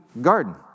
garden